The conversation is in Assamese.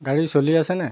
গাড়ী চলি আছেনে